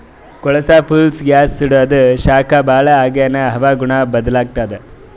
ಕೊಳಸಾ fuels gas ಸುಡಾದು ಶಾಖ ಭಾಳ್ ಆಗಾನ ಹವಾಗುಣ ಬದಲಾತ್ತದ